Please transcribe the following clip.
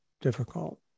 difficult